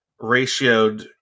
ratioed